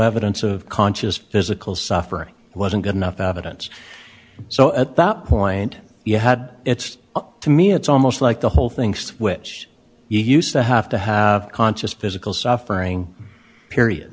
evidence of conscious physical suffering wasn't good enough evidence so at that point you had it's to me it's almost like the whole thing switch you used to have to have conscious physical suffering period